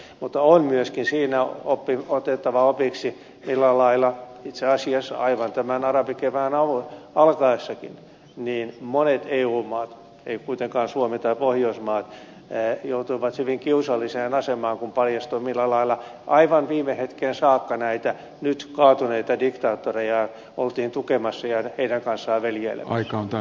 mutta on myös siinä otettava opiksi millä lailla itse asiassa aivan tämän arabikevään alkaessakin monet eu maat eivät kuitenkaan suomi tai pohjoismaat joutuivat hyvin kiusalliseen asemaan kun paljastui millä lailla aivan viime hetkeen saakka näitä nyt kaatuneita diktaattoreita oltiin tukemassa ja heidän kanssaan veljeilemässä